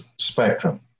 spectrum